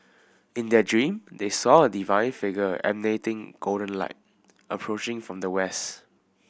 in their dream they saw a divine figure emanating golden light approaching from the west